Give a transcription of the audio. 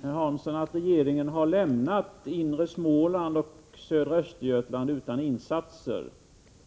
Herr talman! Det är inte så att regeringen har lämnat inre Småland och södra Östergötland utan insatser, Agne Hansson.